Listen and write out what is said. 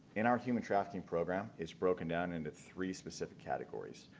and our human trafficking program is broken down into three specific categories,